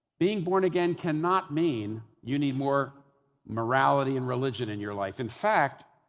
being born again cannot mean you need more morality and religion in your life. in fact,